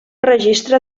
registre